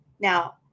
Now